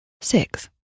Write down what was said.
six